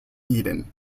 eden